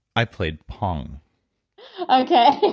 i played pong okay.